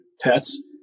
pets